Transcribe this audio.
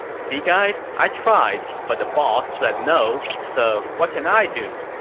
see guys. i tried, but the boss said no, so what can i do?